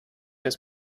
das